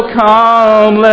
come